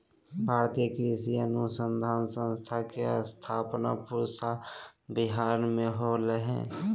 भारतीय कृषि अनुसंधान संस्थान के स्थापना पूसा विहार मे होलय हल